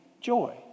joy